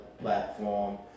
platform